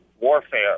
warfare